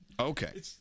Okay